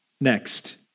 Next